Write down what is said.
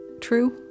true